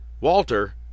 Walter –